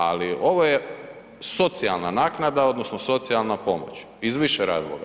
Ali ovo je socijalna naknada odnosno socijalna pomoć iz više razloga.